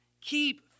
Keep